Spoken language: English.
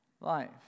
life